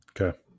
Okay